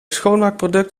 schoonmaakproduct